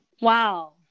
Wow